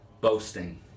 boasting